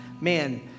Man